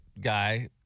guy